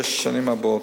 שש השנים הבאות.